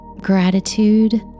gratitude